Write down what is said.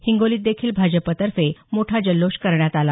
हिंगोलीत देखील भाजपातर्फे मोठा जल्लोष करण्यात आला